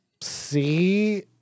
See